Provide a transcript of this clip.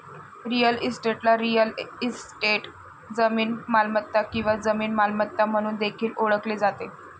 real इस्टेटला real estate, जमीन मालमत्ता किंवा जमीन मालमत्ता म्हणून देखील ओळखले जाते